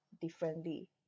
differently